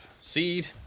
seed